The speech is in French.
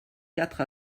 quatre